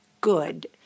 good